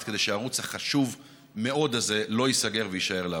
כדי שהערוץ החשוב מאוד הזה לא ייסגר ויישאר לעבוד.